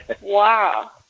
Wow